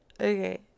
Okay